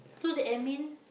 so the admin